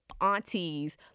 aunties